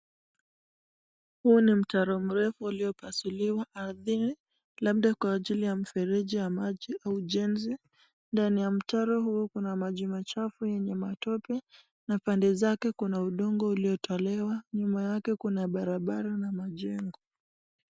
Huu ni mtaro mrefu uliopasuliwa ardhini, labda kwa ajili ya mfereji wa maji au jenzi. Ndani ya mtaro huo kuna maji machafu yenye matope, na pande zake kuna udongo uliotolewa. Nyuma yake kuna barabara na majengo.